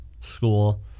school